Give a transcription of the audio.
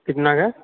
कितना कऽ